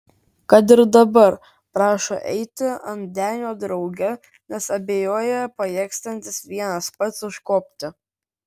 kad ir dabar prašo eiti ant denio drauge nes abejoja pajėgsiantis vienas pats užkopti